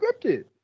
scripted